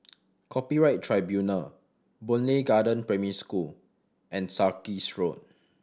Copyright Tribunal Boon Lay Garden Primary School and Sarkies Road